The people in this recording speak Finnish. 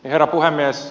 herra puhemies